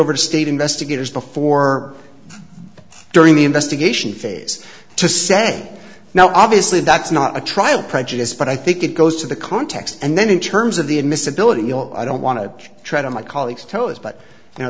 over to state investigators before or during the investigation phase to say now obviously that's not a trial prejudiced but i think it goes to the context and then in terms of the admissibility of i don't want to try to my colleagues toes but you know